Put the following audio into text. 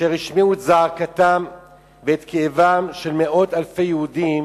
אשר השמיעו את זעקתם ואת כאבם של מאות אלפי יהודים